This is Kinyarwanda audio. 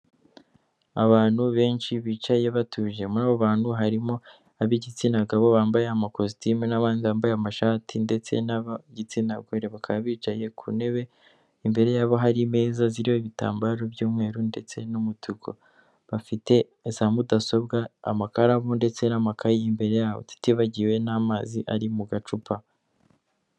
Abantu benshi bicaye batuje, muri abo bantu harimo ab'igitsina gabo bambaye amakositimu n'abandi bambaye amashati ndetse n'bigitsina gore, bakaba bicaye ku ntebe imbere yabo hari imeza ziriho ibitambaro by'umweru ndetse n'umutuku, bafite za mudasobwa, amakaramu ndetse n'amakay,i imbere yabo tutibagiwe n'amazi ari mu gacupa.